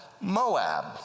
Moab